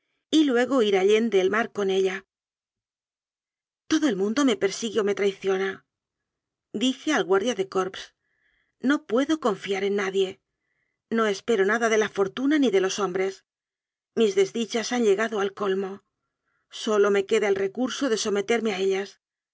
y luego ir allende el mar con ella todo el mundo me persigue o me traicionadije al guardia de corps no pue do confiar en nadie no espero nada de la fortu na ni de los hombres mis desdichas han llega do al colmo sólo me queda el recurso de some terme a ellas